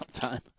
time